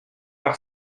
par